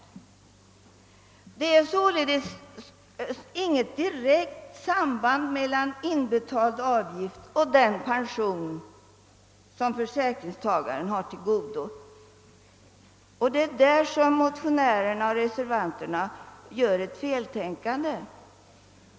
i Det finns således inget direkt samband mellan inbetald avgift och den pension som försäkringstagaren har till godo. Det är på den punkten som motionärerna och reservanterna gör sig skyldiga till ett feltänkande.